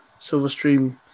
Silverstream